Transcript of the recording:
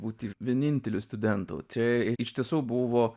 būti vieninteliu studentu čia iš tiesų buvo